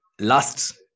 last